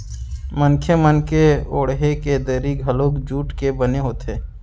मनखे मन के ओड़हे के दरी घलोक जूट के बने होथे